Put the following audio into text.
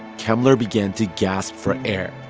kemmler began to gasp for air.